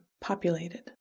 populated